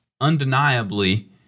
undeniably